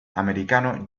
americano